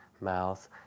mouth